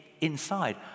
inside